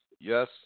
Yes